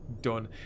done